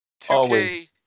2K